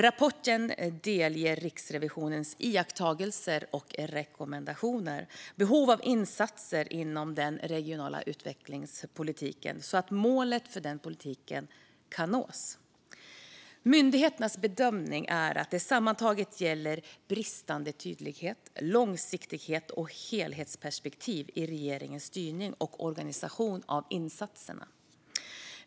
Rapporten delger Riksrevisionens iakttagelser och rekommendationer samt behov av insatser inom den regionala utvecklingspolitiken så att målet för denna politik kan nås. Myndigheternas bedömning är att det sammantaget gäller bristande tydlighet, långsiktighet och helhetsperspektiv i regeringens styrning och organisation av insatserna.